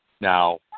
Now